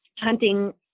hunting